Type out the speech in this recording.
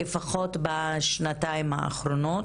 לפחות בשנתיים האחרונות.